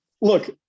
Look –